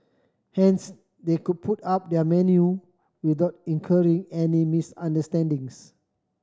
hence they could put up their menu without incurring any misunderstandings